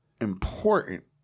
important